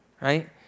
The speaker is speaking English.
right